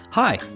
Hi